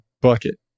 bucket